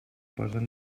posen